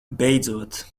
beidzot